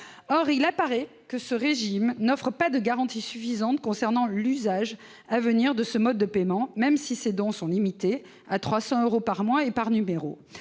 Or il apparaît que ce régime n'offre pas de garanties suffisantes concernant l'usage à venir de ce mode de paiement, même si ces dons sont limités à 300 euros par mois et par numéro.